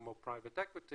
כמו private equity,